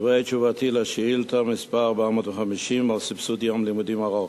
דברי תשובתי על שאילתא מס' 450 על סבסוד יום לימודים ארוך: